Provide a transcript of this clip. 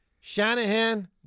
Shanahan